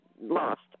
lost